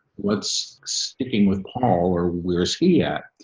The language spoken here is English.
what's sticking with paul or where's he at?